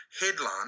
headline